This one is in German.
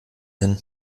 hin